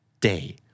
day